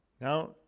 Now